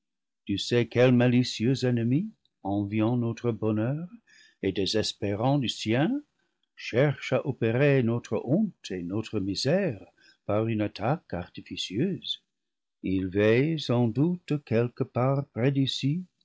tu sais quel malicieux ennemi enviant notre bonheur et désespérant du sien cherche à opérer notre honte et notre misère par une attaque artificieuse il veille sans doute quelque part près d'ici